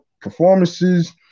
performances